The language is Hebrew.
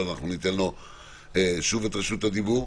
אבל אנחנו ניתן לו שוב את רשות הדיבור.